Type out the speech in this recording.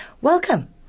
Welcome